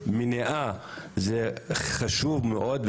מניעה זה חשוב מאוד,